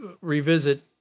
revisit